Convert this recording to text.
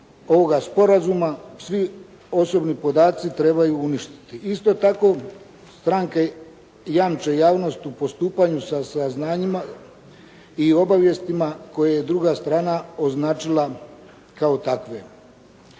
svi osobni podaci trebaju uništiti. Isto tako stranke jamče javnost u postupanju sa saznanjima i obavijestima koje je druga strana označila kao takve.